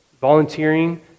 volunteering